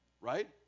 Right